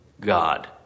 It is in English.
God